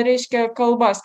reiškia kalbas